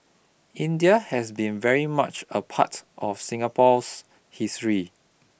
India has been very much a part of Singapore's history